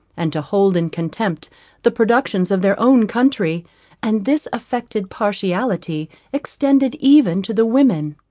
and to hold in contempt the productions of their own country and this affected partiality extended even to the women.